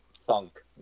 thunk